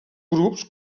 grups